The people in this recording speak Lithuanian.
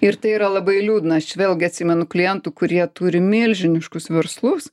ir tai yra labai liūdna aš vėlgi atsimenu klientų kurie turi milžiniškus verslus